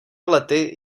lety